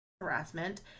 harassment